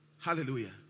Hallelujah